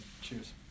Cheers